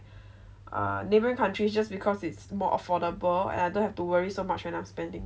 err neighboring countries just because it's more affordable and I don't have to worry so much when I'm spending